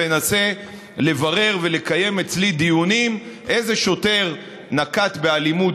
וננסה לברר ולקיים אצלי דיונים איזה שוטר נקט אלימות